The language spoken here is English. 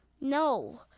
No